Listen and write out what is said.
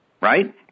right